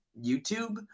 YouTube